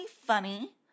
funny